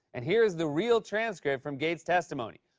and here is the real transcript from gates' testimony.